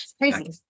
crazy